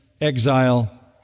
exile